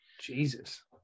jesus